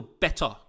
better